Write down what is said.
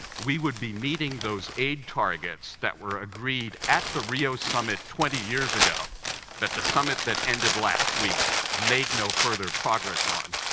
we would be meeting those aid targets that were agreed at the rio summit twenty years ago that the summit that ended last week made no further progress on.